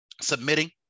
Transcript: submitting